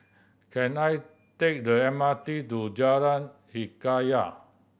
can I take the M R T to Jalan Hikayat